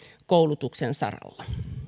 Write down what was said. koulutuksen saralla